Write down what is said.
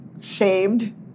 shamed